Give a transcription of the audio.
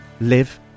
live